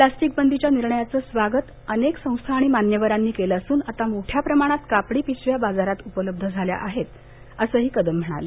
plastic बंदीच्या निर्णयाचं स्वागत अनेक संस्था आणि मान्यवरांनी केलं असून आता मोठ्या प्रमाणात कापडी पिशव्या बाजारात उपलब्ध झाल्या आहेत असंही कदम म्हणाले